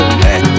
hey